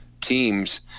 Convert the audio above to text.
teams